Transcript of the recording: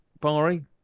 Barry